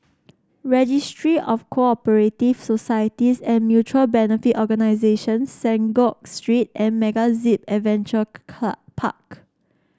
Registry of Co operative Societies and Mutual Benefit Organisations Synagogue Street and MegaZip Adventure Park